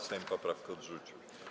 Sejm poprawkę odrzucił.